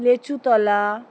লিচুতলা